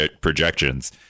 projections